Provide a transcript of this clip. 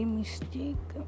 mistake